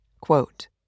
quote